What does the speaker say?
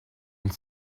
elle